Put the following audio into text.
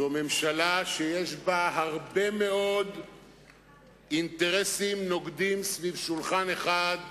זו ממשלה שיש בה הרבה מאוד אינטרסים נוגדים סביב שולחן אחד.